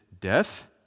death